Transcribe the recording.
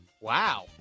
Wow